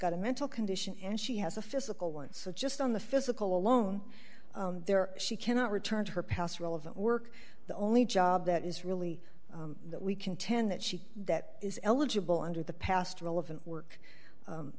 got a mental condition and she has a physical one so just on the physical alone there she cannot return to her past relevant work the only job that is really that we contend that she that is eligible under the past relevant work